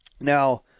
Now